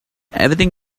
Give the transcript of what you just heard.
everything